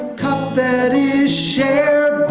cup that is shared